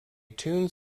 tuned